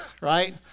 right